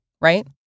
right